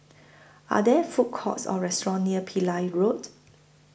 Are There Food Courts Or restaurants near Pillai Road